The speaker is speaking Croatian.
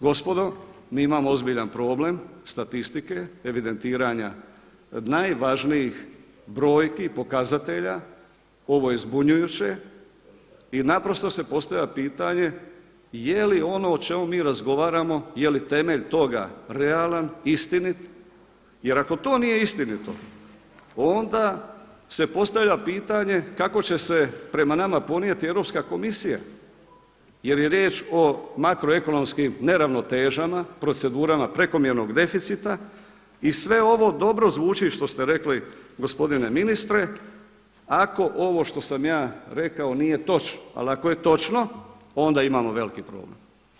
Gospodo, mi imamo ozbiljan problem, statistike, evidentiranja najvažnijih brojki i pokazatelja, ovo je zbunjujuće i naprosto se postavlja pitanje je li ono o čemu mi razgovaramo, je li temelj toga realan, istinit, jer ako to nije istinito onda se postavlja pitanje kako će se prema nama ponijeti Europska komisija jer je riječ o makroekonomskim neravnotežama, procedurama prekomjernog deficita i sve ovo dobro zvuči što ste rekli gospodine ministre ako ovo što sam ja rekao nije točno, ali ako je točno onda imamo veliki problem.